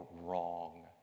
wrong